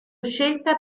scelta